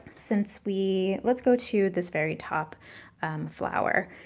since we let's go to this very top flower.